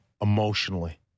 emotionally